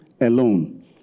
alone